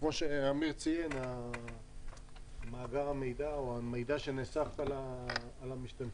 כמו שאמיר ציין מאגר המידע או המידע שנאסף על המשתתפים,